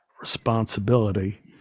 responsibility